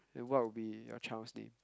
and what would be your child's name